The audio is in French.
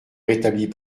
rétablit